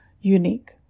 unique